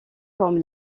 comme